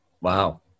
Wow